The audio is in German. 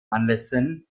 anlässen